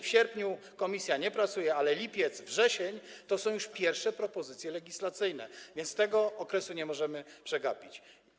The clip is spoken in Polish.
W sierpniu komisja nie pracuje, ale w lipcu i we wrześniu są już pierwsze propozycje legislacyjne, więc tego okresu nie możemy przegapić.